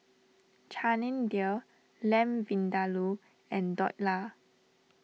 Chana Dal Lamb Vindaloo and Dhokla